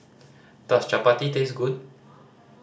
does chappati taste good